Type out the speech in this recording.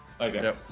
Okay